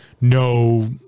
no